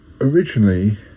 originally